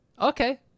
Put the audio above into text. okay